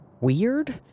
weird